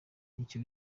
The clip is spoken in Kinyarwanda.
n’icyo